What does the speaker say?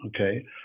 Okay